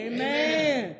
Amen